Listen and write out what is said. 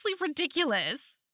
ridiculous